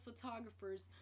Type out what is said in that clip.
photographers